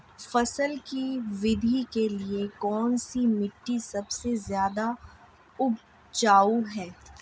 फसल की वृद्धि के लिए कौनसी मिट्टी सबसे ज्यादा उपजाऊ है?